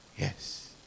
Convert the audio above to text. Yes